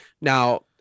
Now